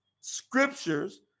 scriptures